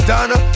Donna